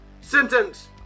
Sentence